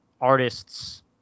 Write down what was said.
artists